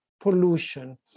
pollution